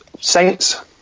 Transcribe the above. Saints